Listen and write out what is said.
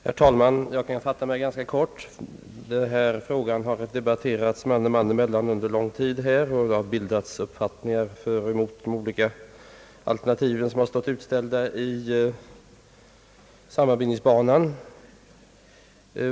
Herr talman! Jag kan fatta mig ganska kort. Denna fråga har under lång tid debatterats man och man emellan, och det har bildats uppfattningar för och emot de olika alternativ som har stått utställda i sammanbindningsbanan.